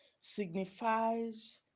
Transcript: signifies